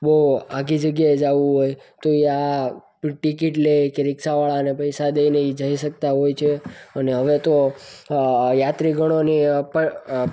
બહુ આઘી જગ્યાએ જવું હોય તો એ આ ટિકિટ લે કે રિક્ષાવાળાને પૈસા દઈને એ જઈ શકતા હોય છે અને હવે તો યાત્રીગણોની